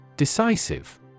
Decisive